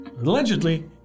Allegedly